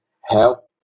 help